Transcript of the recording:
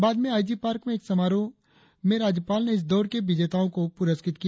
बाद में I G park में एक समारोह में राज्यपाल ने इस दौड़ के विजेताओं को पुरस्कृत किया